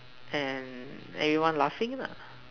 and everyone laughing lah